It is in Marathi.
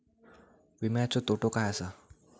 विमाचे तोटे काय आसत?